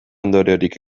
ondoriorik